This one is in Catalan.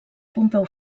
pompeu